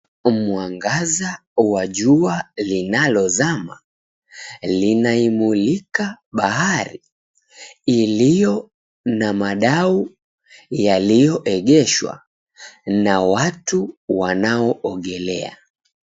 Mwangaza wa jua linalozama, linaimulika bahari iliyo na madau yaliyoegeshwa na watu wanaogelea.